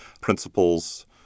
principles